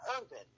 urban